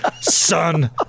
Son